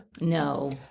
No